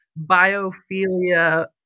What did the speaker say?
Biophilia